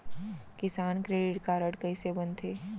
किसान credit card कइसे बनथे?